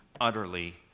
utterly